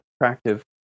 attractive